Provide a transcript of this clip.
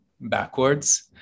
backwards